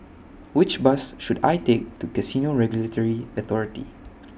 Which Bus should I Take to Casino Regulatory Authority